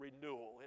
renewal